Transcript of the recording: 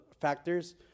factors